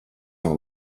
nav